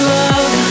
love